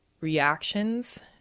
reactions